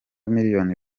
miliyoni